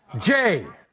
jay,